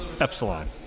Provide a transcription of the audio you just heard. Epsilon